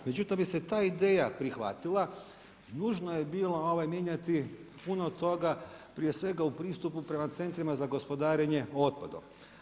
Međutim, da bi se ta ideja prihvatila, nužno je bilo mijenjati puno toga, prije svega u pristupu prema centrima za gospodarenje otpadom.